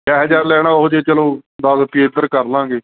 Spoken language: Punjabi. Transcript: ਜਿਹੋ ਜਿਹਾ ਲੈਣਾ ਉਹੋ ਜਿਹੇ ਚਲੋ ਦਸ ਰੁਪਈਏ ਇੱਧਰ ਕਰ ਲਾਂਗੇ